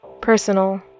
personal